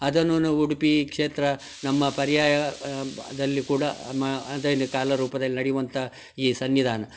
ಅದೂನು ಉಡುಪಿ ಕ್ಷೇತ್ರ ನಮ್ಮ ಪರ್ಯಾಯ ಬ ದಲ್ಲಿ ಕೂಡ ಮ ಅದನ್ನೇ ಕಾಲರೂಪದಲ್ಲಿ ನಡೆಯುವಂಥ ಈ ಸನ್ನಿಧಾನ